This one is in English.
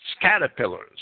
caterpillars